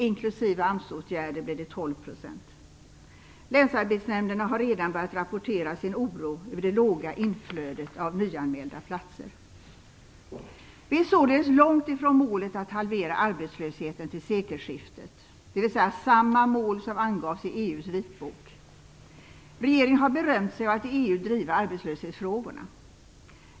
Inklusive AMS-åtgärder blir det 12 %. Länsarbetsnämnderna har redan börjat rapportera sin oro över det låga inflödet av nyanmälda platser. Vi är således långt ifrån målet att halvera arbetslösheten till sekelskiftet, dvs. samma mål som angavs i EU:s vitbok. Regeringen har berömt sig av att i EU driva arbetslöshetsfrågorna.